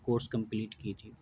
course complete کی تھی